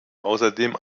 außerdem